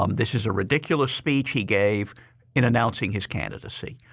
um this is a ridiculous speech he gave in announcing his candidacy.